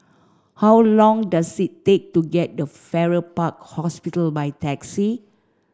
how long does it take to get to Farrer Park Hospital by taxi